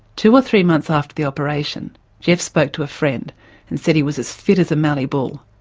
two or three months after the operation geoff spoke to a friend and said he was as fit as a mallee bull.